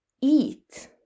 eat